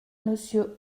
monsieur